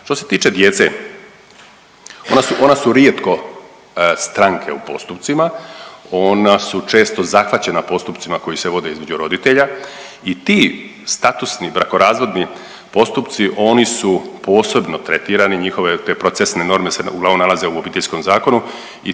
Što se tiče djece, ona su, ona su rijetko stranke u postupcima ona su često zahvaćena postupcima koji se vode između roditelja i ti statusni brakorazvodni postupci oni su posebno tretirani, njihove te procesne norme se uglavnom nalaze u Obiteljskom zakonu i